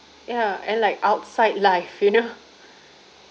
ya and like outside life you know